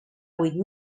vuit